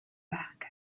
back